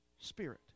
spirit